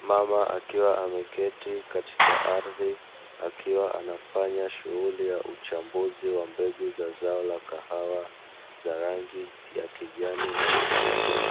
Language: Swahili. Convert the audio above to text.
Mama akiwa ameketi katika ardhi akiwa anafanya shughuli ya uchambuzi wa mbegu za zao la kahawa, za rangi ya kijani na nyekundu.